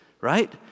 right